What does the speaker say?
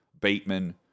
Bateman